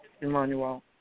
Emmanuel